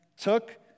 took